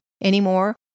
anymore